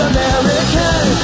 American